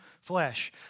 flesh